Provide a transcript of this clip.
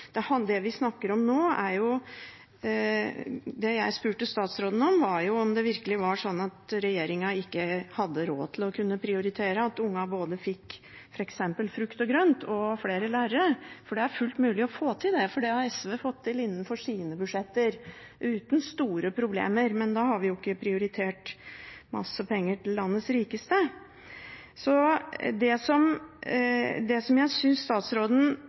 det vi snakker om nå, og det jeg spurte statsråden om, var om det virkelig var sånn at regjeringen ikke hadde råd til å kunne prioritere at ungene fikk både frukt og grønt og flere lærere. Det er fullt mulig å få til det, for det har SV fått til innenfor sine budsjetter, uten store problemer, men da har vi jo ikke prioritert masse penger til landets rikeste. Det som jeg synes statsråden